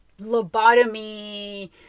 lobotomy